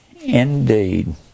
indeed